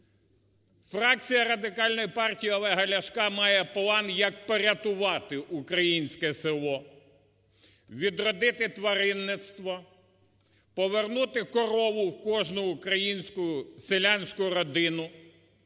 Фракція Радикальної партії Олега Ляшка має план, як порятувати українське село, відродити тваринництво, повернути корову в кожну українську селянську родину,